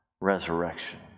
resurrection